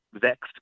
vexed